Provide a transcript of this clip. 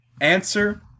answer